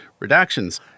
redactions